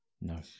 no